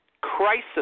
Crisis